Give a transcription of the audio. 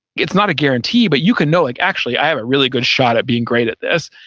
it's not a guarantee. but you can know like actually i have a really good shot at being great at this.